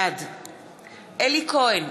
בעד אלי כהן,